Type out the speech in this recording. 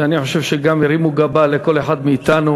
ואני חושב שגם הרימו גבה אצל כל אחד מאתנו,